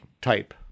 type